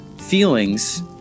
feelings